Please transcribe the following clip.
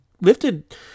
lifted